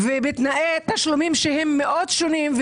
ובתנאי תשלומים מאוד שונים,